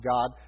God